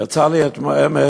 יצא לי אמש